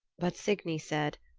but signy said,